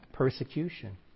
Persecution